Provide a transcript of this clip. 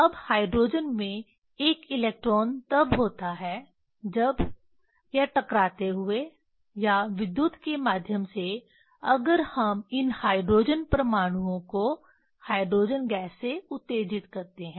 अब हाइड्रोजन में एक इलेक्ट्रान तब होता है जब या टकराते हुए या विद्युत के माध्यम से अगर हम इन हाइड्रोजन परमाणुओं को हाइड्रोजन गैस से उत्तेजित करते हैं